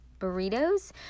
burritos